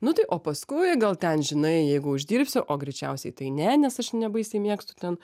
nu tai o paskui gal ten žinai jeigu uždirbsiu o greičiausiai tai ne nes aš ne baisiai mėgstu ten